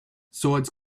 swords